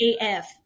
AF